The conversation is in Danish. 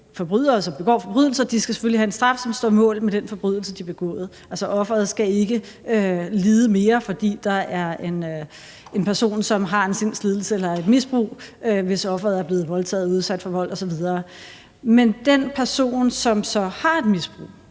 forbrydere, som begår forbrydelser, skal have en straf, som står mål med den forbrydelse, som de har begået. Altså, offeret skal ikke lide mere, fordi der er en person, som har en sindslidelse eller et misbrug, hvis offeret er blevet voldtaget, udsat for vold osv. Men med hensyn til den person, som så har et misbrug,